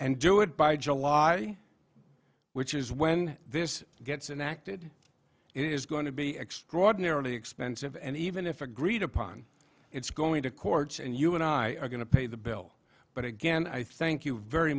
and do it by july which is when this gets and acted it is going to be extraordinarily expensive and even if agreed upon it's going to court and you and i are going to pay the bill but again i thank you very